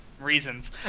reasons